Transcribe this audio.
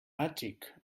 attic